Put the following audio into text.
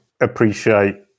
appreciate